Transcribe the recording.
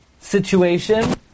situation